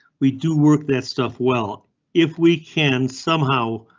we do work that stuff well if we can somehow.